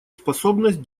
способность